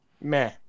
Meh